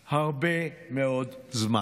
הרבה מאוד זמן.